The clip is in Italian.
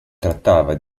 trattava